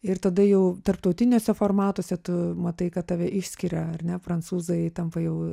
ir tada jau tarptautiniuose formatuose tu matai kad tave išskiria ar ne prancūzai tampa jau